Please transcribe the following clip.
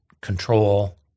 control